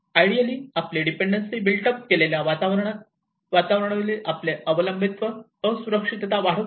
ideally आपली dependency built up केलेल्या वातावरणावरील आपले अवलंबित्व असुरक्षा वाढवते